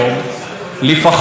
ישיבת ממשלה,